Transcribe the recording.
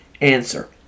Answer